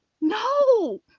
no